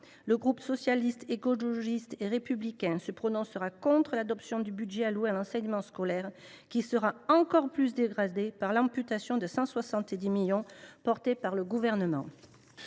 le groupe Socialiste, Écologiste et Républicain se prononcera contre l’adoption du budget alloué à l’enseignement scolaire, qui sera encore plus dégradé par l’amputation de 170 millions d’euros décidée par le Gouvernement.